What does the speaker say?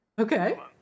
Okay